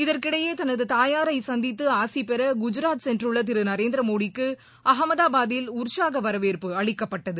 இதற்கிடையே தனதுதாயாரைசந்தித்துஆசிபெறகுஐராத் சென்றுள்ளதிருநரேந்திரமோடிக்குஅகமதாபாத்தில் உற்சாகவரவேற்பு அளிக்கப்பட்டது